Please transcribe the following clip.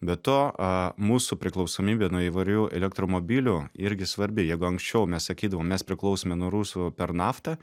be to mūsų priklausomybė nuo įvairių elektromobilių irgi svarbi jeigu anksčiau mes sakydavom mes priklausome nuo rusų per naftą